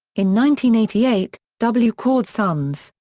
in one eighty eight, w. kordes' sons,